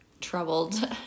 troubled